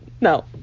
no